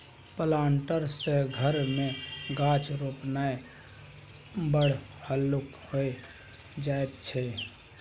planter सँ घर मे गाछ रोपणाय बड़ हल्लुक भए जाइत छै